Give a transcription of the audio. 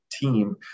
team